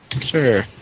Sure